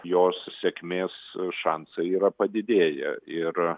jos sėkmės šansai yra padidėję ir